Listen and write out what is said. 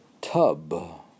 tub